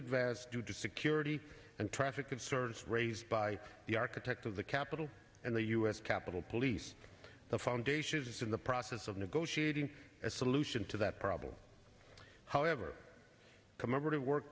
advance due to security and traffic concerns raised by the architect of the capitol and the u s capitol police the foundation is in the process of negotiating a solution to that probably however